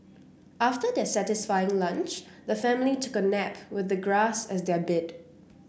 after their satisfying lunch the family took a nap with the grass as their bed